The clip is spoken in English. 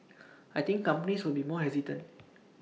I think companies will be more hesitant